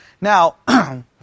Now